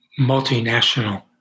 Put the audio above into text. multinational